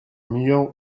meal